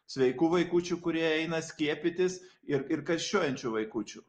sveikų vaikučių kurie eina skiepytis ir ir karščiuojančių vaikučių